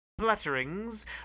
Flutterings